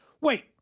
wait